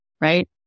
right